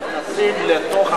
נכנסים לתוך,